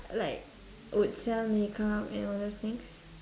like would sell makeup and all those things